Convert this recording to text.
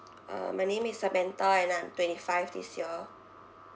uh my name is samantha and I'm twenty five this year